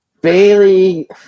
Bailey